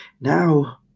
Now